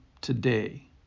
Today